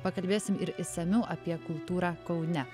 pakalbėsim ir išsamiau apie kultūrą kaune